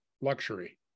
luxury